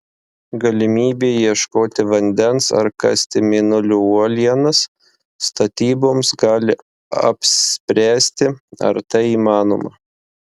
galimybė ieškoti vandens ar kasti mėnulio uolienas statyboms gali apspręsti ar tai įmanoma